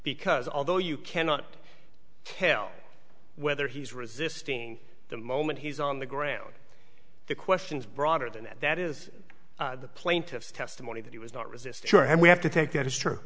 because although you cannot tell whether he's resisting the moment he's on the ground the question is broader than that that is the plaintiff's testimony that he was not resist your hand we have to take it as true